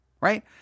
right